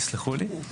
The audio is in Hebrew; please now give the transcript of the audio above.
תסלחו לי.